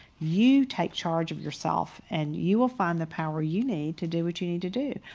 you take charge of yourself and you will find the power you need to do what you need to do.